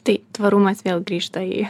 tai tvarumas vėl grįžta į